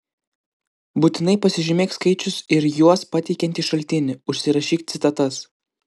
būtinai pasižymėk skaičius ir juos pateikiantį šaltinį užsirašyk citatas